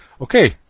Okay